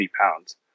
pounds